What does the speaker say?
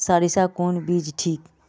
सरीसा कौन बीज ठिक?